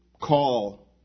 call